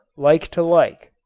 like to like.